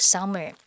Summer